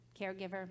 caregiver